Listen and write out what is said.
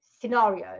scenarios